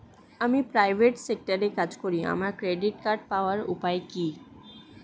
আমি প্রাইভেট সেক্টরে কাজ করি আমার ক্রেডিট কার্ড পাওয়ার উপায় কি?